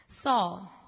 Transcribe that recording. Saul